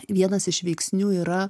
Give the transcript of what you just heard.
vienas iš veiksnių yra